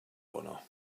honor